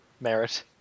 merit